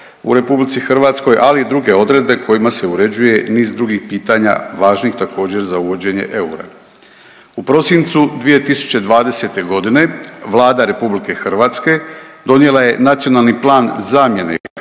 u RH ali i druge odredbe kojima se uređuje i niz drugih pitanja važnih također za uvođenje eura. U prosincu 2020. godine Vlada RH donijela je Nacionalni plan zamjene hrvatske